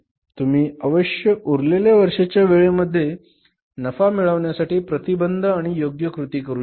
तुम्ही अवश्य उरलेल्या वर्षाच्या वेळे मध्ये नफा मिळवण्यासाठी प्रतिबंध आणि योग्य कृती करू शकता